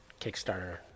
Kickstarter